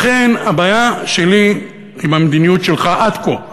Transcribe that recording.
לכן הבעיה שלי עם המדיניות שלך עד כה,